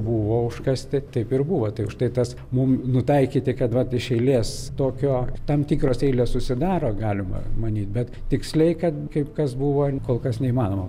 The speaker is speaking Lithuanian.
buvo užkasti taip ir buvo tik štai tas mum nutaikyti kad vat iš eilės tokio tam tikros eilės susidaro galima manyti bet tiksliai kad kaip kas buvo kol kas neįmanoma